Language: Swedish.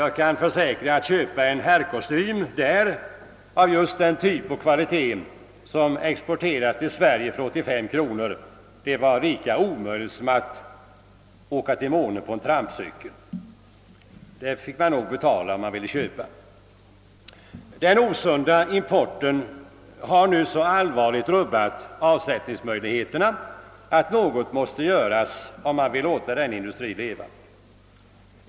Jag kan försäkra att det där var lika omöjligt att köpa en herrkostym av just den typ och kvalitet som exporteras till Sverige för 85 kronor som att åka trampeykel till månen. Den osunda importen har nu så allvarligt rubbat avsättningsmöjligheterna, att något måste göras om man vill låta denna industri leva.